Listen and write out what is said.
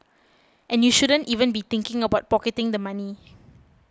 and you shouldn't even be thinking about pocketing the money